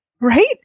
Right